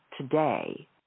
today